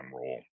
role